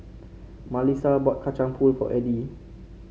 Malissa bought Kacang Pool for Eddy